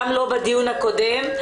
גם לא בדיון הקודם.